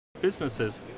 businesses